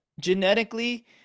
genetically